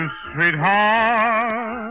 sweetheart